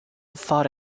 fought